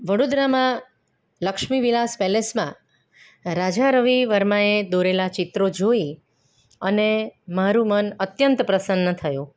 વડોદરામાં લક્ષ્મી વિલાસ પેલેસમાં રાજા રવિ વર્માએ દોરેલાં ચિત્રો જોઈ અને મારું મન અત્યંત પ્રસન્ન થયું